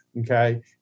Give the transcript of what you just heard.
Okay